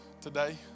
today